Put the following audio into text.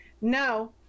No